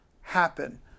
happen